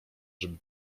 żeby